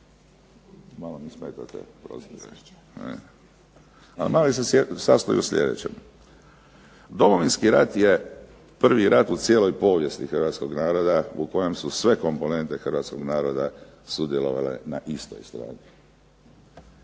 Domovinski rat je prvi rat u cijeloj povijesti hrvatskog naroda u kojem su sve komponente hrvatskog naroda sudjelovale na istoj strani.